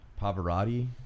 Pavarotti